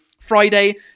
Friday